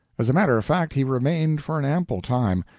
as a matter of fact, he remained for an ample time,